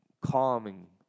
calming